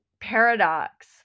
paradox